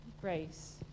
grace